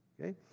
okay